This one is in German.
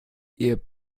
ihr